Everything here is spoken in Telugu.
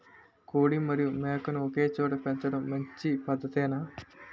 కోడి మరియు మేక ను ఒకేచోట పెంచడం మంచి పద్ధతేనా?